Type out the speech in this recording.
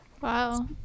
Wow